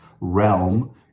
realm